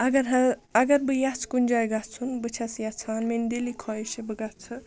اگر اگر بہٕ یَژھٕ کُنہِ جاے گژھُن بہٕ چھَس یَژھان میٛٲنۍ دِلّی خوٲہِش چھِ بہٕ گژھٕ